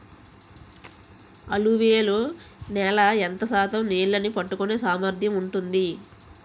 అలువియలు నేల ఎంత శాతం నీళ్ళని పట్టుకొనే సామర్థ్యం ఉంటుంది?